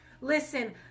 listen